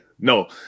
No